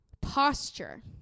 posture